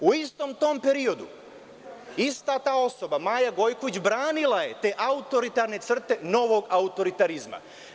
U istom tom periodu, ista ta osoba, Maja Gojković, branila je te autoritarne crte novog autoritarizma.